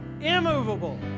immovable